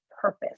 purpose